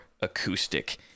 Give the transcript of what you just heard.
acoustic